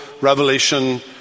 revelation